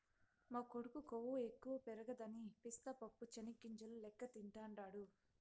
మా కొడుకు కొవ్వు ఎక్కువ పెరగదని పిస్తా పప్పు చెనిగ్గింజల లెక్క తింటాండాడు